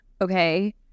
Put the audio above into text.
okay